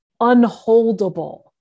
unholdable